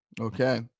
Okay